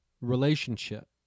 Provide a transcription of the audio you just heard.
relationship